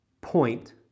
point